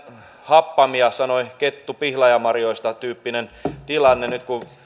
happamia sanoi kettu pihlajanmarjoista tyyppinen tilanne nyt kun